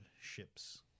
ships